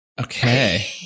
Okay